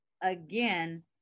again